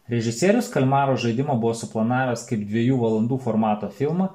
režisierius kalmaro žaidimą buvo suplanavęs kaip dviejų valandų formato filmą